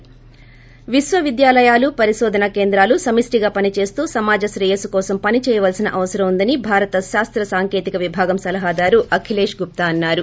ి విశ్వవిద్యాలయాలు పరిశోధన కేంద్రాలు సమిష్టిగా పనిచేస్తూ సమాజ శ్రేయస్సు కోసం పని చేయాల్సిన అవసరం ఉందని భారత శాస్రసాంకేతిక విభాగం సలహాదారు అఖిలేష్ గుప్తా అన్నారు